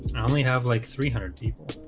um only have like three hundred people